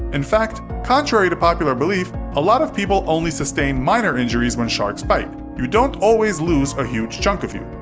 in fact, contrary to popular belief, a lot of people only sustain minor injuries when sharks bite. you don't always lose a huge chunk of you.